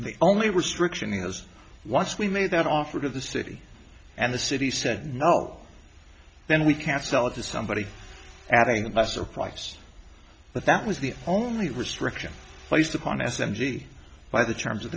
the only restriction is once we made that offer to the city and the city said no then we can sell it to somebody adding the lesser price but that was the only restriction placed upon s m g by the terms of